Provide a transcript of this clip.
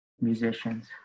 musicians